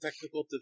technical